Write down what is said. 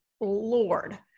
Lord